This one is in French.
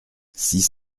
six